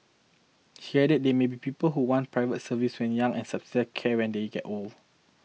he added there may be people who want private service when young and subsidised care when they get old